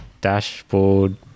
dashboard